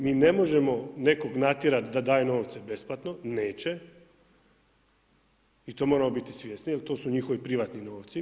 Mi ne možemo nekog natjerati da daje novce besplatno, neće i to moramo biti svjesni jer to su njihovi privatni novci.